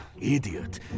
idiot